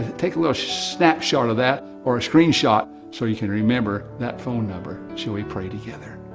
take a little snapshot of that or a screenshot, so you can remember that phone number. shall we pray together?